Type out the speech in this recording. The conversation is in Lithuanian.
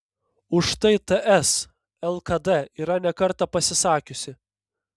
už tai ts lkd yra ne kartą pasisakiusi